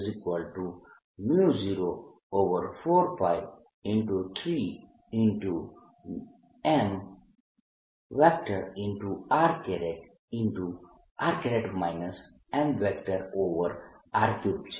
r r mr3 છે